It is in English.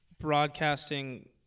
broadcasting